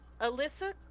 Alyssa